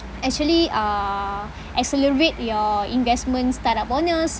actually uh accelerate your investments start-up bonus